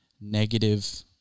negative